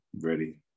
ready